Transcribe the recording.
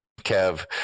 Kev